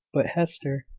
but hester.